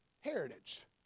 heritage